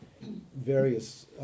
various